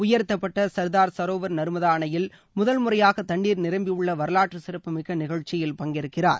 உயர்த்தப்பட்ட சர்தார் சரோவர் நர்மதா அணையில் முதல் முறையாக தண்ணீர் நிரம்பியுள்ள வரலாற்று சிறப்பு மிக்க நிகழ்ச்சியில் பங்கேற்கிறார்